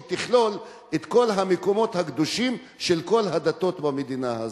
שהוא יכלול את כל המקומות הקדושים של כל הדתות במדינה הזו.